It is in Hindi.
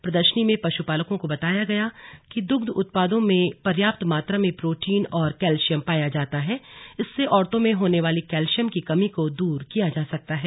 प्रदर्शनी में पशु पालकों को बताया गया कि दुग्ध उत्पादों में पर्याप्त मात्रा में प्रोटीन और कैल्शियम पाया जाता है इससे औरतों में होने वाली कैल्शियम की कमी को दूर किया जा सकता है